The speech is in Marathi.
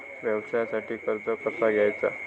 व्यवसायासाठी कर्ज कसा घ्यायचा?